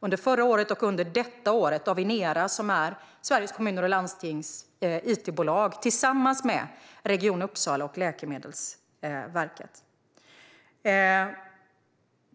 under förra året och detta år av Inera, som är Sveriges Kommuner och Landstings it-bolag, tillsammans med Region Uppsala och Läkemedelsverket.